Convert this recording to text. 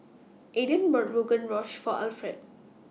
Aiden bought Rogan Josh For Alfred